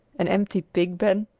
an empty pigpen,